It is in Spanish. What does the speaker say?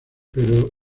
pero